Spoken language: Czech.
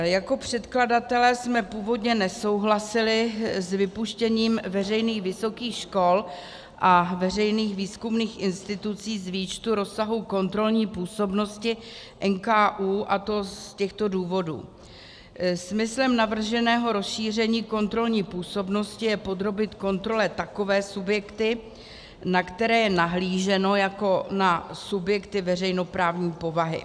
Jako předkladatelé jsme původně nesouhlasili s vypuštěním veřejných vysokých škol a veřejných výzkumných institucí z výčtu rozsahu kontrolní působnosti NKÚ, a to z těchto důvodů: Smyslem navrženého rozšíření kontrolní působnosti je podrobit kontrole takové subjekty, na které je nahlíženo jako na subjekty veřejnoprávní povahy.